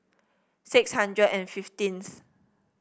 six hundred and fifteenth